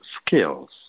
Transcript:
skills